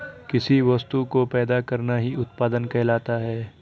किसी वस्तु को पैदा करना ही उत्पादन कहलाता है